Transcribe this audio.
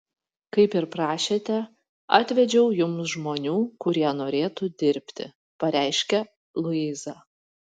kaip ir prašėte atvedžiau jums žmonių kurie norėtų dirbti pareiškia luiza